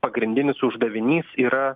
pagrindinis uždavinys yra